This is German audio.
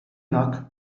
nach